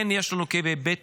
כן, יש לנו כאבי בטן,